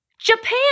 Japan